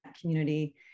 community